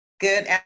Good